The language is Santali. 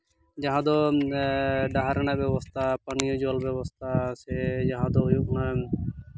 ᱡᱟᱦᱟᱸ ᱫᱚ ᱰᱟᱦᱟᱨ ᱨᱮᱱᱟᱜ ᱵᱮᱵᱚᱥᱛᱟ ᱯᱟᱱᱤᱭᱚ ᱡᱚᱞ ᱵᱮᱵᱚᱥᱛᱟ ᱥᱮ ᱡᱟᱦᱟᱸ ᱫᱚ ᱦᱩᱭᱩᱜ ᱠᱟᱱᱟ